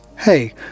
hey